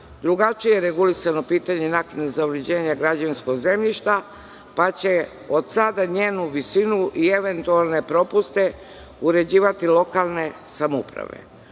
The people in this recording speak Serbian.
drugačije je regulisano pitanje naknade za uređenja građevinskog zemljišta, pa će od sada njenu visinu i eventualne propuste uređivati lokalne samouprave.